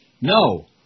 No